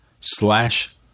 slash